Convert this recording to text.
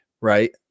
right